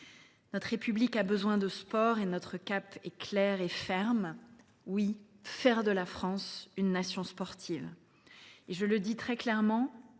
notre République a besoin de sport, notre cap est clair et ferme : faire de la France une nation sportive. Je le dis très clairement